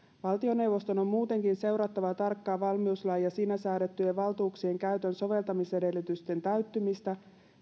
valtioneuvoston on muutenkin seurattava tarkkaan valmiuslain ja siinä säädettyjen valtuuksien käytön soveltamisedellytysten täyttymistä